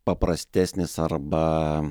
paprastesnis arba